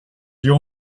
your